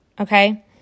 Okay